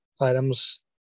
items